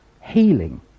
healing